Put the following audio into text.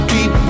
Keep